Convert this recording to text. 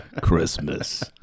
Christmas